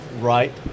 right